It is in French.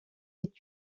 est